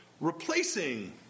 replacing